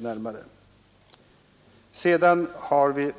När det sedan gäller